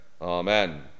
Amen